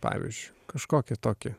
pavyzdžiu kažkokį tokį